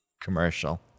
commercial